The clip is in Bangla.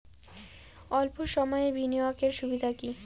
অল্প সময়ের বিনিয়োগ এর সুবিধা কি?